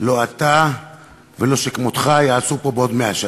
לא אתה ולא שכמותך יעשו פה בעוד מאה שנה,